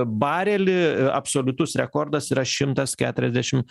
barelį absoliutus rekordas yra šimtas keturiasdešim